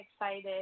excited